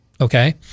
Okay